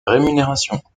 rémunération